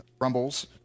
Rumbles